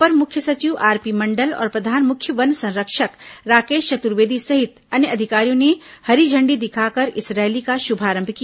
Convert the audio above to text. अपर मुख्य सचिव आरपी मंडल और प्रधान मुख्य वन संरक्षक राकेश चतुर्वेदी सहित अन्य अधिकारियों ने हरी झंडी दिखाकर इस रैली का शुभारंभ किया